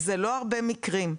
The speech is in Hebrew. זה לא הרבה מקרים,